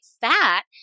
fat